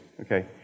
Okay